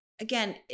again